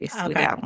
Okay